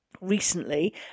recently